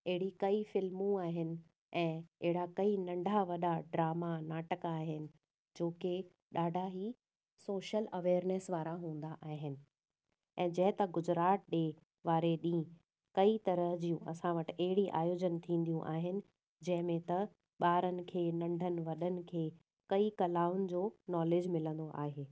अहिड़ी कई फ़िल्मूं आहिनि ऐं अहिड़ा कई नंढा वॾा ड्रामा नाटक आहिनि जो की ॾाढा ई सोशल अवेयरनेस वारा हूंदा आहिनि ऐं जीअं त गुजरात डे वारे ॾींहुं कई तरहां जूं असां वटि अहिड़ी आयोजन थींदियूं आहिनि जंहिंमें त ॿारनि खे नंढनि वॾनि खे कई कलाउनि जो नॉलेज मिलंदो आहे